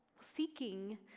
Seeking